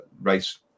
race